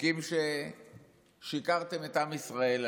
חוקים ששיקרתם לעם ישראל עליהם.